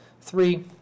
three